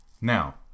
Now